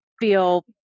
feel